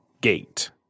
Gate